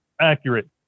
accurate